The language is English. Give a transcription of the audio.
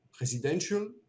Residential